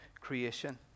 creation